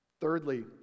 Thirdly